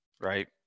right